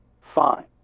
fine